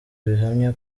bihamya